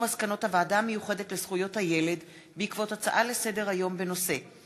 מסקנות הוועדה המיוחדת לזכויות הילד בעקבות דיון בהצעות לסדר-היום של